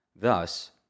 Thus